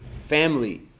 family